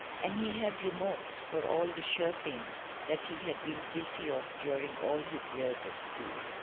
and he had remorse for all the shirking that he had been guilty of during all his years at school.